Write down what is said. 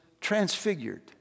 transfigured